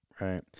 Right